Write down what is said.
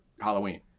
Halloween